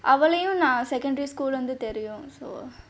அவளையும் நான்:avalaiyum naan secondary school leh இருந்து தெரியும்:irunthu theriyum so